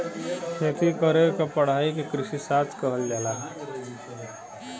खेती करे क पढ़ाई के कृषिशास्त्र कहल जाला